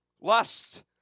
lust